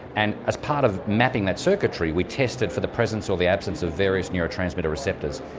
and as part of mapping that circuitry we tested for the presence or the absence of various neurotransmitter receptors.